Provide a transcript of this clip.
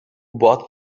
bought